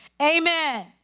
Amen